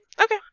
Okay